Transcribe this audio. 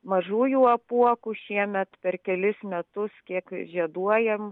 mažųjų apuokų šiemet per kelis metus kiek žieduojam